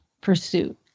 pursuit